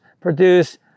produce